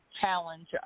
challenge